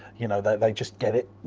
you know, they they just get it.